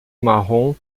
marrom